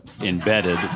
embedded